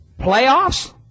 Playoffs